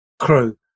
crew